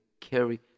carry